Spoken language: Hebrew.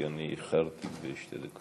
כי אני איחרתי בשתי דקות.